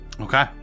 Okay